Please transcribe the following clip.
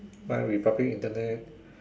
my republic Internet